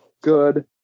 good